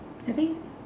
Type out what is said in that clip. I think